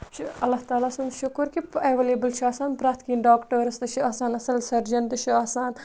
یہِ چھُ اللہ تعالیٰ سُنٛد شُکُر کہِ اٮ۪وٮ۪لیبٕل چھِ آسان پرٛٮ۪تھ کیٚنٛہہ ڈاکٹٲرٕس تہِ چھِ آسان اَصٕل سٔرجَن تہِ چھُ آسان